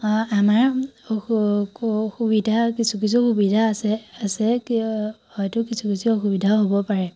আমাৰ সুবিধা কিছু কিছু সুবিধা আছে আছে কি হয়তো কিছু কিছু অসুবিধাও হ'ব পাৰে